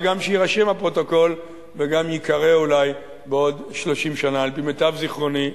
וגם שיירשם בפרוטוקול וגם ייקרא אולי בעוד 30 שנה: על-פי מיטב זיכרוני,